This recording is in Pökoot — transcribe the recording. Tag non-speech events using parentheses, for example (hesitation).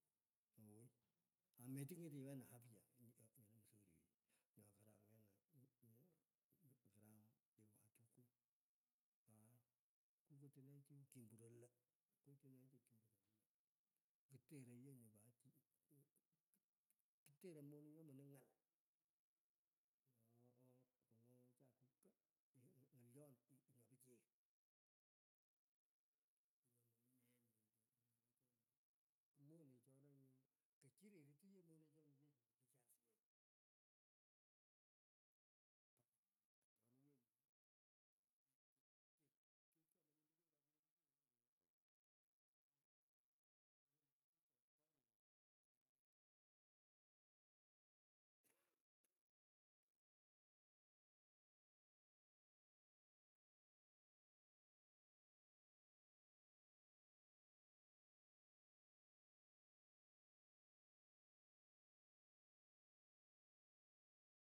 Awoi ameting'eti otyu nyele msuri nyo karam wena, nyo karam nyapo kyakiku aii kupoto chi kemburo io kaputono chi kemburo io. kutererei yee nyu pat. kut (hesitation) kutererei moniny nyo mning ng'al lo oo oo komwowecha kuka ng'olyon nyo pichy. Kinyo mominye yee nyo ng'alechoni ku monechona nyu, ko chirerchi yo monechona maisha asiyech. Mpaka atoniye nyu kekyemoi lokoy nyu china pichiyech (unintelligible)